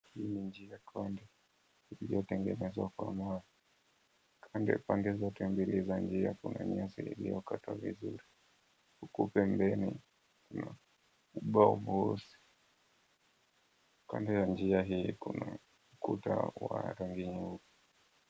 Hii ni njia konde iliyotengenezwa kwa mawe. Pande zote mbili za njia kuna nyasi iliyokatwa vizuri huku pembeni kuna ubwawa mweusi. Kando ya njia hii kuna kuta ya rangi nyeupe.